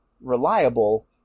reliable